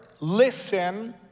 Listen